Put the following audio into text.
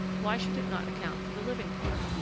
why should it not account for the living part?